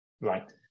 right